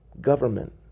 government